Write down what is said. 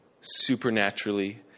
supernaturally